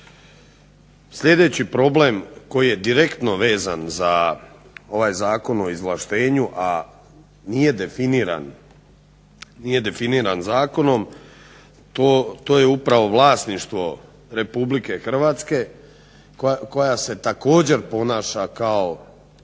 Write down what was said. Sljedeći problem koji je direktno vezan za ovaj Zakon o izvlaštenju a nije definiran zakonom to je upravo vlasništvo Republike Hrvatske koja se također ponaša kao